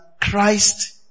Christ